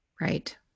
right